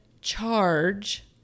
charge